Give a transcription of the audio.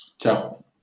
ciao